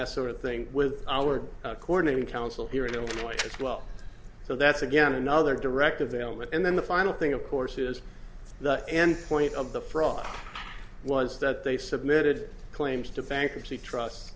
that sort of thing with our coordinating council here in illinois well so that's again another directive ailment and then the final thing of course is the end point of the fraud was that they submitted claims to bankruptcy trust